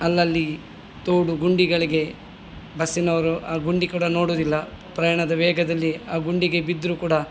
ಅಲ್ಲಲ್ಲಿ ತೋಡು ಗುಂಡಿಗಳಿಗೆ ಬಸ್ಸಿನವರು ಆ ಗುಂಡಿ ಕೂಡಾ ನೋಡೋದಿಲ್ಲ ಪ್ರಯಾಣದ ವೇಗದಲ್ಲಿ ಆ ಗುಂಡಿಗೆ ಬಿದ್ದರು ಕೂಡ